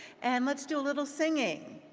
and let's do a little singing.